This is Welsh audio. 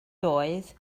doedd